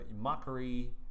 mockery